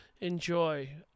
Enjoy